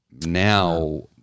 Now